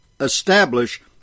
establish